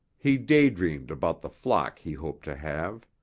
he daydreamed about the flock he hoped to have.